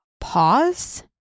Pause